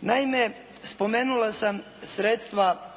Naime, spomenula sam sredstva